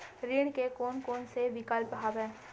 ऋण के कोन कोन से विकल्प हवय?